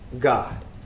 God